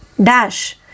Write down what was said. Dash